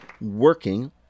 working